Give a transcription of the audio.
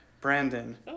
Brandon